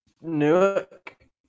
Newark